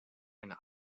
eine